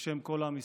בשם כל עם ישראל.